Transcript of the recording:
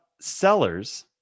sellers